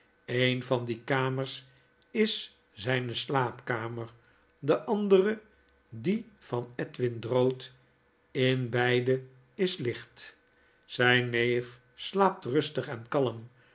een van die kamers is zflne slaapkamer de andere die van edwin drood in beide is licht zyn neef slaapt rustig en kalm